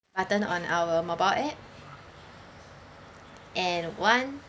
I turn on our mobile app and one